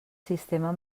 sistema